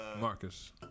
Marcus